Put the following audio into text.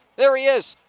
there he is.